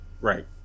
right